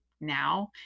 now